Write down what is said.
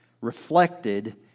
reflected